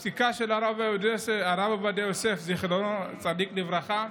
הפסיקה של הרב עובדיה יוסף, זכר צדיק לברכה,